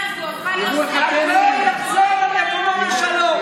מקומו בשלום.